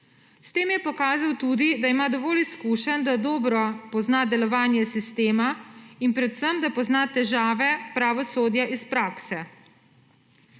S tem je pokazal tudi, da ima dovolj izkušenj, da dobro pozna delovanje sistema in predvsem, da pozna težave pravosodja iz prakse.